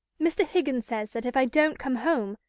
mr. higgins says that if i don't come home,